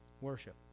worship